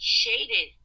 shaded